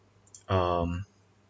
um